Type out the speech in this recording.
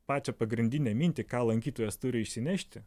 pačią pagrindinę mintį ką lankytojas turi išsinešti